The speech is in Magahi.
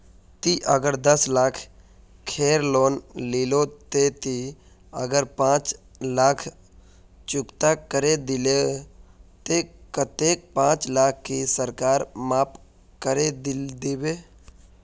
ती अगर दस लाख खेर लोन लिलो ते ती अगर पाँच लाख चुकता करे दिलो ते कतेक पाँच लाख की सरकार माप करे दिबे?